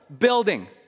building